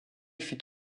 fut